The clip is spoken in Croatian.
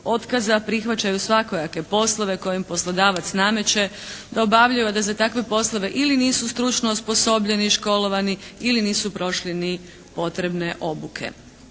prihvaćaju svakojake poslove koje im poslodavac nameće da obavljaju, a da za takve poslove ili nisu stručno osposobljeni, školovani, ili nisu prošli ni potrebne obuke.